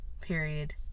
Period